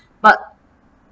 but